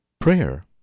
Prayer